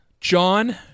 John